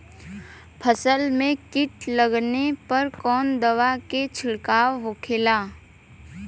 फसल में कीट लगने पर कौन दवा के छिड़काव होखेला?